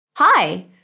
Hi